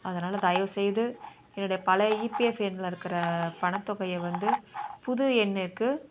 அதனால் தயவுசெய்து என்னுடைய பழைய ஈபிஎஃப் எண்ணில் இருக்கிற பணத்தொகையை வந்து புது எண்ணிற்கு